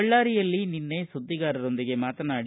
ಬಳ್ಳಾರಿಯಲ್ಲಿ ನಿನ್ನೆ ಸುದ್ದಿಗಾರರೊಂದಿಗೆ ಮಾತನಾಡಿ